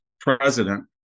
president